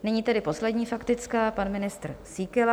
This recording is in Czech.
Nyní tedy poslední faktická, pan ministr Síkela.